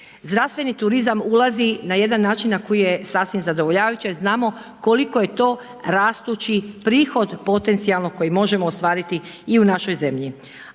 Zdravstveni turizam ulazi na jedan način koji je sasvim zadovoljavajuće, znamo koliko je to rastući prihod potencijalno koji možemo ostvariti i u našoj zemlji,